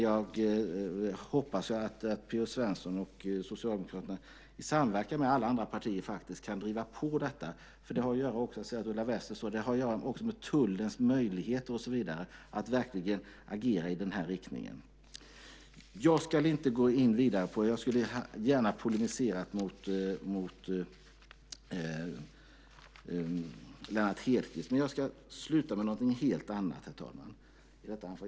Jag hoppas att P-O Svensson och Socialdemokraterna i samverkan med alla andra partier kan driva på - jag ser att Ulla Wester står där, och detta har också att göra med tullens möjligheter och så vidare - och verkligen agera i den riktningen. Jag ska inte gå in vidare på detta. Jag skulle gärna ha polemiserat mot Lennart Hedquist, men jag ska avsluta mitt anförande med någonting helt annat, herr talman.